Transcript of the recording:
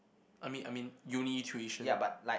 I mean I mean uni tuition